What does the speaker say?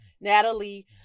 Natalie